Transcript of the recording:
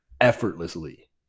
effortlessly